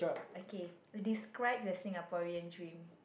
okay describe your Singaporean dream